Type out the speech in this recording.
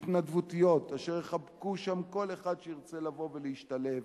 התנדבותיות אשר יחבקו כל אחד שירצה לבוא ולהשתלב